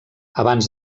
abans